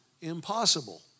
impossible